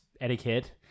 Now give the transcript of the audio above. etiquette